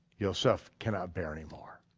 yoseph cannot bear anymore.